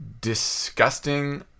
disgusting